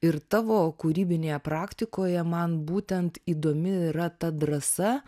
ir tavo kūrybinėje praktikoje man būtent įdomi yra ta drąsa